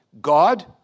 God